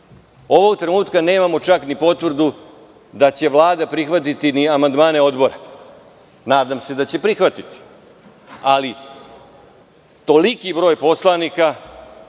Ovog trenutka nemamo čak ni potvrdu da će Vlada prihvatiti ni amandmane odbora. Nadam se da će prihvatiti, ali toliki broj poslanika